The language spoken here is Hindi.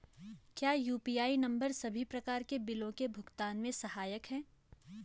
क्या यु.पी.आई नम्बर सभी प्रकार के बिलों के भुगतान में सहायक हैं?